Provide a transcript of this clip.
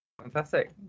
Fantastic